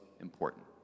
important